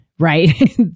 right